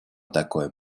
такое